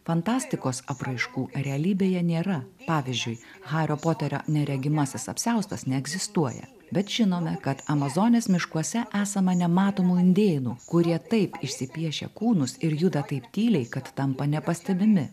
fantastikos apraiškų realybėje nėra pavyzdžiui hario poterio neregimasis apsiaustas neegzistuoja bet žinome kad amazonės miškuose esama nematomų indėnų kurie taip išsipiešia kūnus ir juda taip tyliai kad tampa nepastebimi